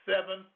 seven